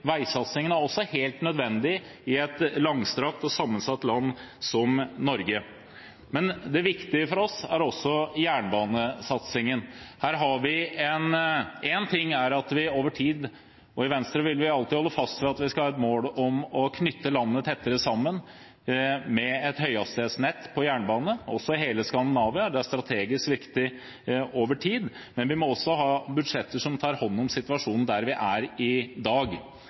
Veisatsingen er helt nødvendig i et langstrakt og sammensatt land som Norge. Men det viktige for oss er også jernbanesatsingen. I Venstre vil vi alltid holde fast ved at vi over tid skal ha et mål om å knytte landet tettere sammen med et høyhastighetsnett på jernbane – i hele Skandinavia er dette over tid strategisk viktig. Men vi må også ha budsjetter som tar hånd om situasjonen der vi er i dag.